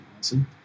awesome